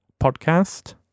podcast